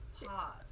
pause